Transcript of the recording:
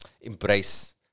embrace